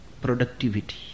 productivity